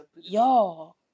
Y'all